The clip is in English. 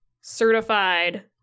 certified